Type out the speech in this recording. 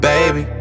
Baby